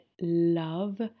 love